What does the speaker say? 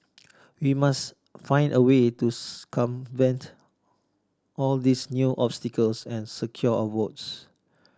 we must find a way to all these new obstacles and secure our votes